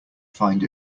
find